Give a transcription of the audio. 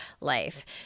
life